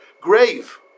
grave